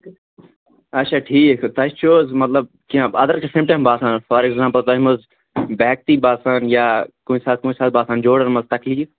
اچھا ٹھیٖک توہہِ چھُو حظ مطلب کیٚنہہ اَدَر کیٚنہہ سِمٹَم باسان فار اٮ۪کزامپُل توہہِ ما حظ بےٚ ہٮ۪کتی باسان یا کُنہِ ساتہٕ باسان جوڈَن منز تکلیٖف